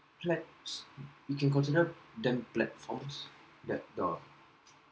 platforms you can consider them platforms that the